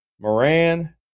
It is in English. Moran